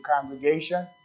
congregation